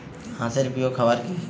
হাঁস এর প্রিয় খাবার কি?